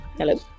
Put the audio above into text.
Hello